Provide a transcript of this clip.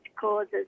causes